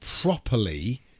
properly